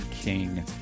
King